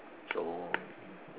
so